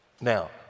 Now